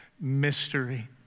Mystery